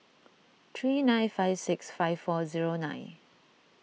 three nine five six five four zero nine